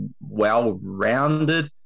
well-rounded